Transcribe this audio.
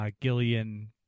Gillian